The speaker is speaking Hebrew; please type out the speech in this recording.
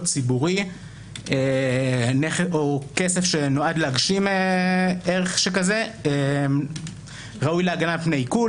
ציבורי או כסף שנועד להגשים ערך שכזה ראוי להגנה מפני עיקול.